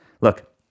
Look